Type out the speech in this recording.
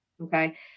Okay